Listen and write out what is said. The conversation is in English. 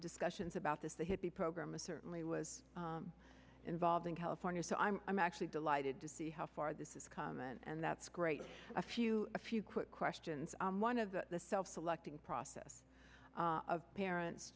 discussions about this the hippy program is certainly was involved in california so i'm actually delighted to see how far this is common and that's great a few a few quick questions one of the self selecting process of parents